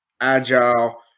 agile